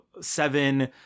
seven